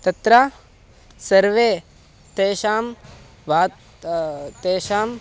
तत्र सर्वे तेषां वा तेषां